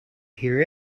hear